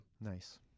nice